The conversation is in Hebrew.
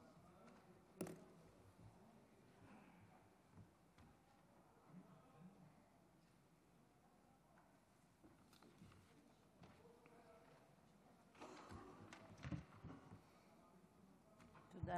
תודה